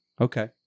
Okay